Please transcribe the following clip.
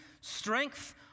strength